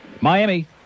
Miami